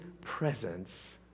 presence